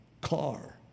car